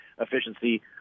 efficiency